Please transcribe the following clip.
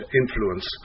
influence